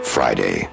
Friday